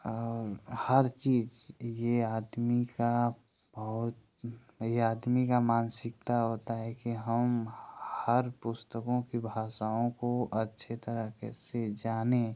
और हर चीज़ ये आदमी का बहुत ये आदमी का मानसिकता होता है कि हम हर पुस्तकों की भाषाओं को अच्छे तरह के से जानें